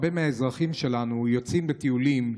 הרבה מהאזרחים שלנו יוצאים לטיולים.